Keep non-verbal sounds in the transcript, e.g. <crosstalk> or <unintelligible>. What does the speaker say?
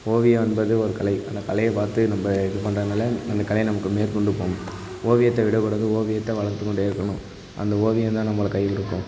ஓவியம் என்பது ஒரு கலை அந்த கலையை பார்த்து நம்ம இது பண்றதனால அந்த கலை நமக்கு வந்து <unintelligible> ஓவியத்தை விடக்கூடாது ஓவியத்தை வளர்த்து கொண்டே இருக்கணும் அந்த ஓவியம் தான் நம்மளை கை கொடுக்கும்